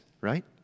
right